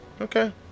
Okay